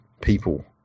people